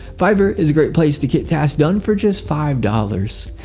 fiverr is a great place to get tasks done for just five dollars.